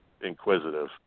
inquisitive